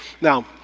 Now